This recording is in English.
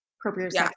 appropriate